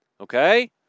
Okay